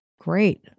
Great